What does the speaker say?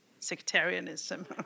sectarianism